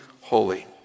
holy